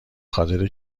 خاطر